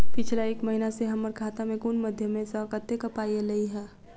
पिछला एक महीना मे हम्मर खाता मे कुन मध्यमे सऽ कत्तेक पाई ऐलई ह?